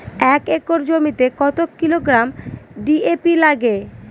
এক একর জমিতে কত কিলোগ্রাম ডি.এ.পি লাগে?